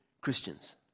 Christians